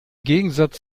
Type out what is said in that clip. gegensatz